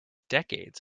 decades